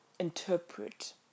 interpret